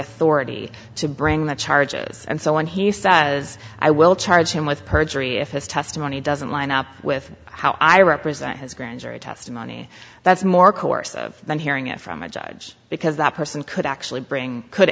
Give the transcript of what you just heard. authority to bring the charges and so when he says i will charge him with perjury if his testimony doesn't line up with how i represent his grand jury testimony that's more course of than hearing it from a judge because that person could actually bring could